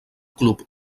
club